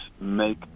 make